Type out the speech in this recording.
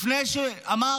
לפני שהוא אמר